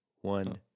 one